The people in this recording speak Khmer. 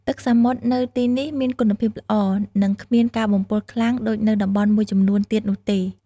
ទឹកសមុទ្រនៅទីនេះមានគុណភាពល្អ និងគ្មានការបំពុលខ្លាំងដូចនៅតំបន់មួយចំនួនទៀតនោះទេ។